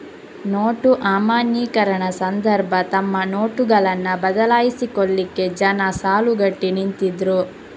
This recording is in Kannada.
ನೋಟು ಅಮಾನ್ಯೀಕರಣ ಸಂದರ್ಭ ತಮ್ಮ ನೋಟುಗಳನ್ನ ಬದಲಾಯಿಸಿಕೊಳ್ಲಿಕ್ಕೆ ಜನ ಸಾಲುಗಟ್ಟಿ ನಿಂತಿದ್ರು